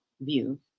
view